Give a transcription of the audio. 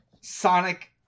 Sonic